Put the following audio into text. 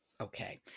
Okay